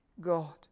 God